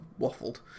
waffled